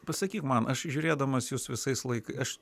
pasakyk man aš žiūrėdamas jus visais laikaisaš